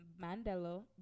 Mandela